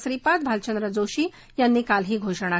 श्रीपाद भालचंद्र जोशी यांनी काल ही घोषणा केली